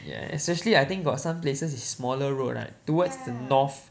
ya especially I think got some places it's smaller road right towards the north